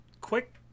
Quick